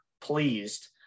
pleased